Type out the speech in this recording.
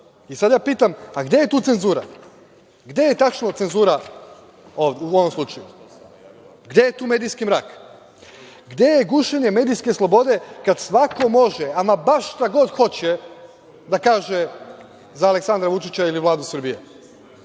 Sad ja pitam, gde je tu cenzura? Gde je tačno cenzura u ovom slučaju? Gde je tu medijski mrak? Gde je gušenje medijske slobode kad svako može, ama baš šta god hoće da kaže za Aleksandra Vučića ili Vladu Srbije?